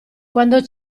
quando